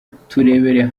turebere